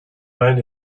mind